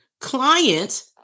Client